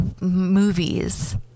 movies